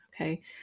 Okay